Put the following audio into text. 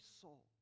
soul